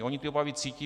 Oni ty obavy cítí.